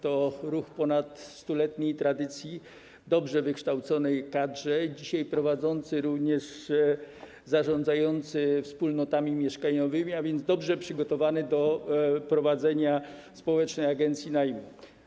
To ruch o ponadstuletniej tradycji, o dobrze wykształconej kadrze, dzisiaj również zarządzający wspólnotami mieszkaniowymi, a więc dobrze przygotowany do prowadzenia społecznej agencji najmu.